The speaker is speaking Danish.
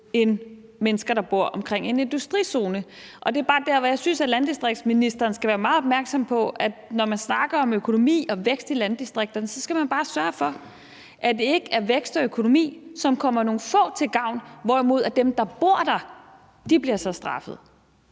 end mennesker, der bor omkring en industrizone. Der synes jeg bare, at landdistriktsministeren skal være meget opmærksom på, at når man snakker om økonomi og vækst i landdistrikter, skal man bare sørge for, at det ikke er vækst og økonomi, som kommer nogle få til gavn, og at dem, der bor der, ikke bliver straffet.